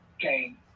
game